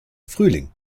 frühling